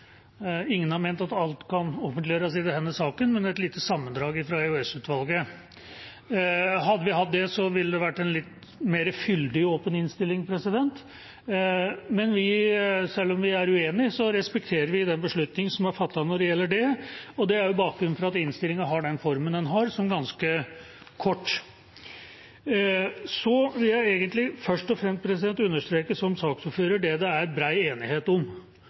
Ingen har ment at alt kan offentliggjøres i denne saken, men hadde vi hatt et lite sammendrag fra EOS-utvalget, ville det vært en litt mer fyldig, åpen innstilling. Men selv om vi er uenige, respekterer vi den beslutningen som er fattet når det gjelder det, og det er bakgrunnen for at innstillingen har den formen den har, som ganske kort. Jeg vil først og fremst, som saksordføreren, understreke det det er bred enighet om,